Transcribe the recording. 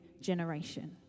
generation